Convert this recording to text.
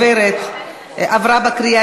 חברת הכנסת